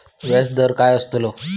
व्याज दर काय आस्तलो?